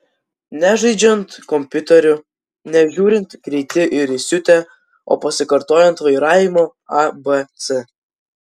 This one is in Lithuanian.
ne žaidžiant kompiuteriu ne žiūrint greiti ir įsiutę o pasikartojant vairavimo abc